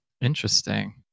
interesting